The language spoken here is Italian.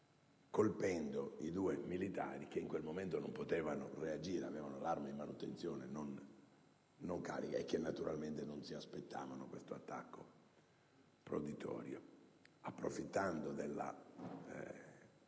colpendo i due militari che in quel momento non potevano reagire, poiché avevano l'arma in manutenzione e non carica, visto che non si aspettavano un attacco proditorio. Approfittando della